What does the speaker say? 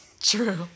True